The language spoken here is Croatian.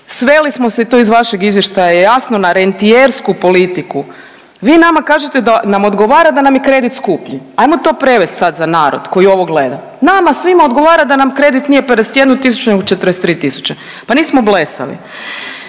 Sveli smo se i to iz vašeg izvještaja je jasno na rentijersku politiku. Vi nama kažete da nam odgovara da nam je kredit skuplji, ajmo to prevest sad za narod koji ovo gleda. Nama svima odgovara da nam kredit nije 51.000 nego 43.000 pa nismo blesavi.